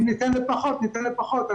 אם ניתן לפחות ניתן לפחות.